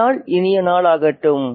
இந்த நாள் இனிய நாளாகட்டும்